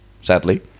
sadly